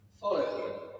Follow